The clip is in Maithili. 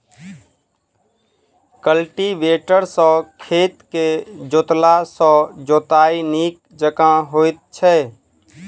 कल्टीवेटर सॅ खेत के जोतला सॅ जोताइ नीक जकाँ होइत छै